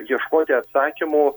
ieškoti atsakymų